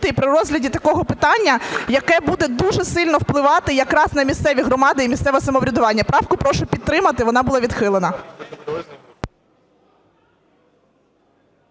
при розгляді такого питання, яке буде дуже сильно впливати якраз на місцеві громади і місцеве самоврядування. Правку прошу підтримати, вона була відхилена.